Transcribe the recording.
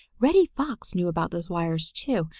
reddy fox knew about those wires too,